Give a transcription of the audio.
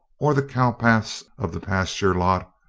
or the cow-paths of the pasture lot,